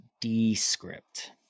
Descript